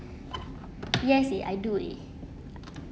yes it I do already